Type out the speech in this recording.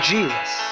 Jesus